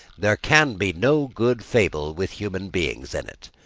there can be no good fable with human beings in it.